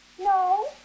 No